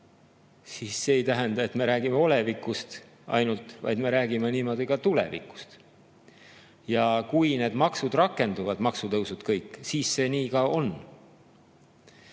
siis see ei tähenda, et me räägime ainult olevikust, vaid me räägime niimoodi ka tulevikust. Ja kui need maksud rakenduvad, kõik maksutõusud, siis see nii ka on.